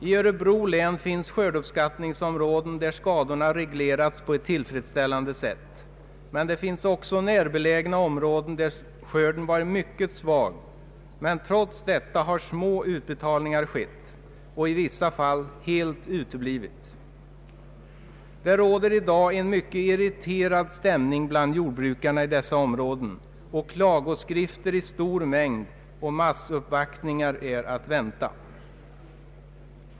I Örebro län finns skördeuppskattningsområden där skadorna reglerats på ett tillfredsställande sätt, men det finns också närbelägna områden där skörden varit mycket svag, men trots detta har endast små utbetalningar skett och i vissa fall helt uteblivit. Det råder i dag en mycket irriterad stämning bland jord brukarna i dessa områden, och klagoskrifter i stor mängd samt massuppvaktningar är att vänta.